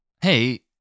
hey